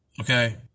Okay